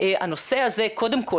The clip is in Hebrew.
הנושא הזה קודם כל,